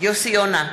יוסי יונה,